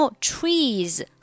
trees